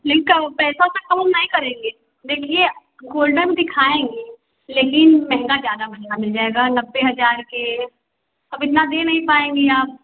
नहीं तो पैसा वैसा कम ओम नहीं करेंगे देखिए गोल्डन दिखाएँगे लेकिन महंगा ज्यादा मंहगा मिल जाएगा नब्बे हजार के अब इतना दे नहीं पाएँगी आप